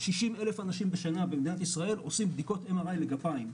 60 אלף אנשים בשנה במדינת ישראל עושים בדיקות MRI לגפיים.